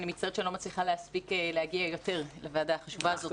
אני מצטערת שאני לא מצליחה להספיק להגיע יותר לוועדה החשובה הזאת.